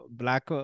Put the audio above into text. black